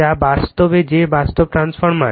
যে বাস্তব যে বাস্তব ট্রান্সফরমার